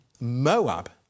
Moab